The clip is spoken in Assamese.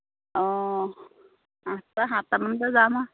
অঁ আঠটা সাতটামানতে যাম আৰু